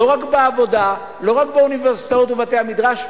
לא רק בעבודה ולא רק באוניברסיטאות ובבתי-המדרש,